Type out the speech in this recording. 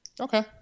Okay